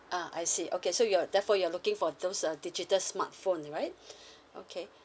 ah I see okay so you're therefore you're looking for those uh digital smartphone right okay